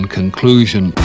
conclusion